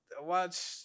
Watch